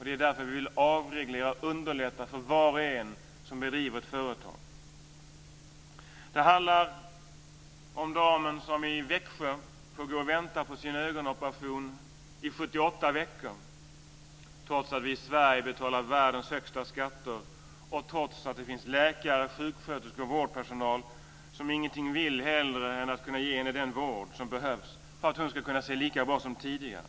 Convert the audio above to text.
Det är därför vi vill avreglera och underlätta för var och en som driver ett företag. Det handlar om damen i Växjö som får vänta på sin ögonoperation i 78 veckor, trots att vi i Sverige betalar världens högsta skatter och trots att det finns läkare, sjuksköterskor och vårdpersonal som ingenting hellre vill än att kunna ge henne den vård som behövs för att hon ska kunna se lika bra som tidigare.